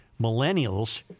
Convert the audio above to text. millennials